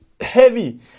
heavy